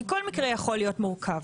כי כל מקרה יכול להיות מורכב.